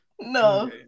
No